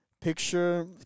Picture